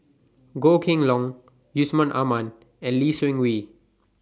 Goh Kheng Long Yusman Aman and Lee Seng Wee